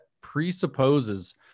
presupposes